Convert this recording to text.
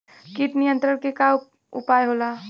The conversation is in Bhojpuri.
कीट नियंत्रण के का उपाय होखेला?